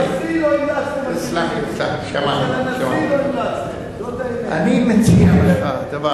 הלכתם לידיים של ביבי.